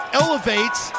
elevates